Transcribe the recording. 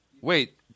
Wait